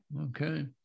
Okay